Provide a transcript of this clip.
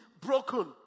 broken